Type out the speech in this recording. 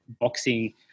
boxing